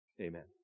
Amen